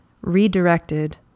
redirected